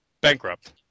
bankrupt